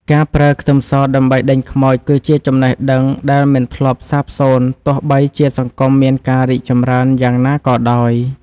ការប្រើខ្ទឹមសដើម្បីដេញខ្មោចគឺជាចំណេះដឹងដែលមិនធ្លាប់សាបសូន្យទោះបីជាសង្គមមានការរីកចម្រើនយ៉ាងណាក៏ដោយ។